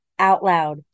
OUTLOUD